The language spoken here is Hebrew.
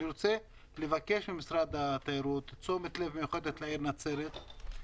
אני רוצה לבקש ממשרד התיירות תשומת לב מיוחדת לעיר נצרת.